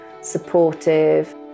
supportive